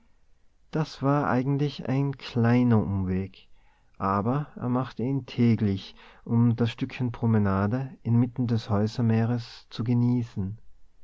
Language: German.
das war eigentlich ein kleiner umweg aber er machte ihn täglich um das stückchen promenade inmitten des häusermeeres zu genießen